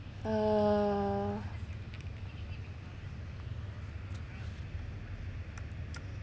uh